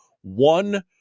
one